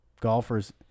golfers